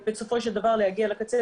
ובסופו של דבר להגיע לקצה,